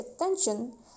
attention